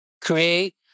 create